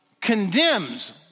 condemns